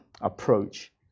approach